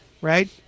right